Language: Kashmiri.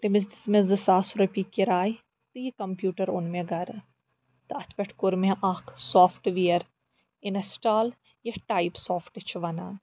تٔمِس دِژ مےٚ زٕ ساس رۄپیہِ کِراے تہٕ یہِ کمپیٛوٗٹَر اوٚن مےٚ گَھرٕ تہٕ اَتھ پٮ۪ٹھ کوٚر مےٚ اَکھ سافٹوِیَر اِنسٹال یَتھ ٹایپ سافٹہٕ چھِ وَنان